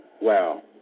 Wow